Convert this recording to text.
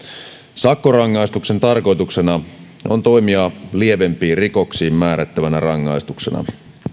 sakkorangaistuksen tarkoituksena on toimia lievempiin rikoksiin määrättävänä rangaistuksena